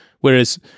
Whereas